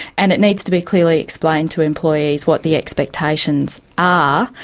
and it needs to be clearly explained to employees what the expectations are.